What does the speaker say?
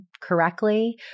correctly